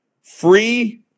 Free